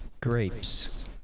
Grapes